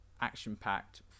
action-packed